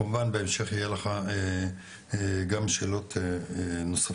כמובן בהמשך יהיה לך גם שאלות נוספות.